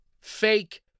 fake